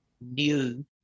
new